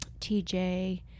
TJ